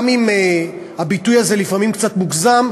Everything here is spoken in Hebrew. גם אם הביטוי הזה לפעמים קצת מוגזם,